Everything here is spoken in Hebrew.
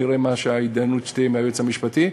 נראה מה ההתדיינות שתהיה עם היועץ המשפטי,